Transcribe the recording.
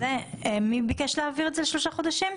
מי ביקש להעביר את זה לשלושה חודשים?